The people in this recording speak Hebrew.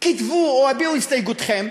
כתבו או הביעו הסתייגותכם,